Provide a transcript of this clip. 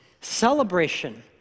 celebration